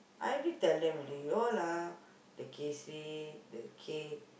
I already tell them already you all ah the the cake